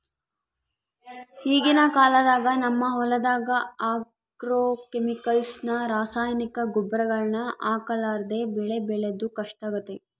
ಈಗಿನ ಕಾಲದಾಗ ನಮ್ಮ ಹೊಲದಗ ಆಗ್ರೋಕೆಮಿಕಲ್ಸ್ ನ ರಾಸಾಯನಿಕ ಗೊಬ್ಬರಗಳನ್ನ ಹಾಕರ್ಲಾದೆ ಬೆಳೆ ಬೆಳೆದು ಕಷ್ಟಾಗೆತೆ